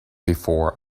before